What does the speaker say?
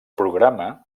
programa